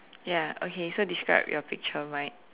ya okay so describe your picture right